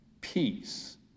peace